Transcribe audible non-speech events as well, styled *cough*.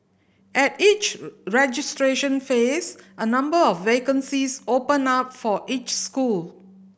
at each *unintelligible* registration phase a number of vacancies open up for each school